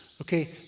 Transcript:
Okay